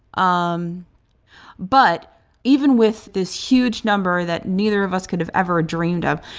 um but even with this huge number that neither of us could have ever dreamed of,